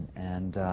and